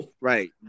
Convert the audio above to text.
Right